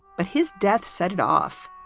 but his death set it off.